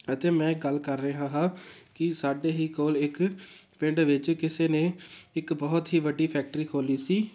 ਅਤੇ ਮੈਂ ਗੱਲ ਕਰ ਰਿਹਾ ਹਾਂ ਕਿ ਸਾਡੇ ਹੀ ਕੋਲ ਇੱਕ ਪਿੰਡ ਵਿੱਚ ਕਿਸੇ ਨੇ ਇੱਕ ਬਹੁਤ ਹੀ ਵੱਡੀ ਫੈਕਟਰੀ ਖੋਲ੍ਹੀ ਸੀ